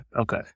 okay